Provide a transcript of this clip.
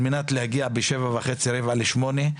על מנת להגיע בשבע וחצי, רבע לשמונה.